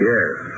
Yes